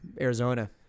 Arizona